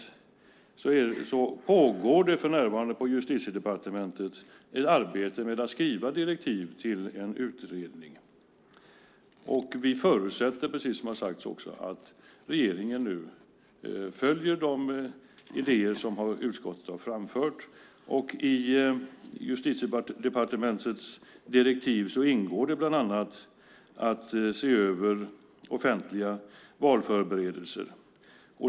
Vad vi erfar pågår det för närvarande på Justitiedepartementet ett arbete med att skriva direktiv till en utredning. Vi förutsätter, precis som också har sagts, att regeringen följer de idéer som utskottet har framfört. I Justitiedepartementets direktiv ingår bland annat att se över offentliga valförberedelser.